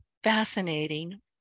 fascinating